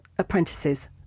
Apprentices